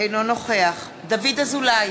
אינו נוכח דוד אזולאי,